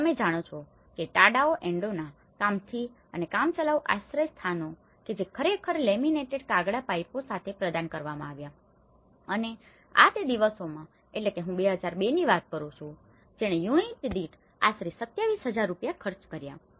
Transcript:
તમે જાણો છો કે ટાડાઓ એંડોનાTadao Andos કામથી અને કામચલાઉ આશ્રયસ્થાનો કે જે ખરેખર લેમિનેટેડ કાગળના પાઈપો સાથે પ્રદાન કરવામાં આવ્યા અને આ તે દિવસોમાં એટલે કે હું 2002 ની વાત કરી રહ્યો છું જેણે યુનિટ દીઠ આશરે 27000 રૂપિયા ખર્ચ કર્યા છે